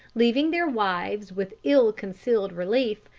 leaving their wives with ill-concealed relief,